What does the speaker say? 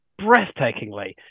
breathtakingly